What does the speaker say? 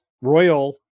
Royal